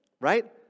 right